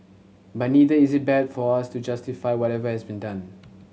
but neither is it bad for us to justify whatever has been done